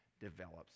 develops